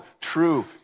true